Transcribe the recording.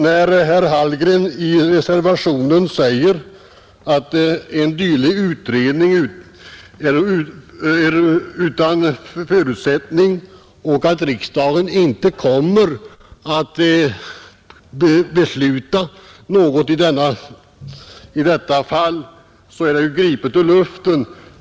När herr Hallgren i reservationen talar om vårt förutsättningslösa utredningsyrkande, som inte bör föranleda någon riksdagens åtgärd, är det gripet ur luften.